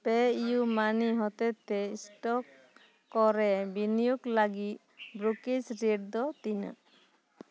ᱯᱮᱤᱭᱩᱢᱟᱹᱱᱤ ᱦᱚᱛᱮᱛᱮ ᱥᱴᱳᱠ ᱠᱚᱨᱮ ᱵᱤᱱᱤᱭᱳᱜ ᱞᱟᱹᱜᱤᱫ ᱵᱨᱳᱠᱮᱡ ᱨᱮᱴ ᱫᱚ ᱛᱤᱱᱟᱹᱜ